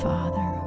Father